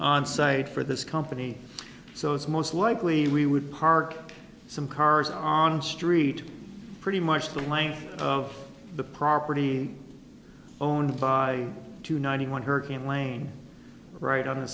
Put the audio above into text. onsite for this company so it's most likely we would park some cars on the street pretty much the length of the property owned by two ninety one hurricane lane right on the